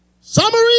Summary